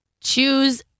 Choose